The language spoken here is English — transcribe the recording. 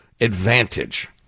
advantage